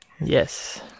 Yes